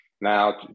Now